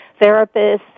therapists